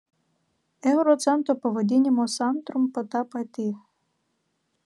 euro cento pavadinimo santrumpa ta pati